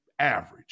average